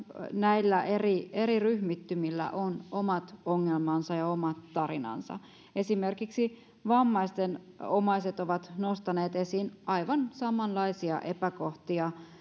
näillä eri eri ryhmittymillä on omat ongelmansa ja omat tarinansa esimerkiksi vammaisten omaiset ovat nostaneet esiin aivan samanlaisia epäkohtia